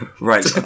Right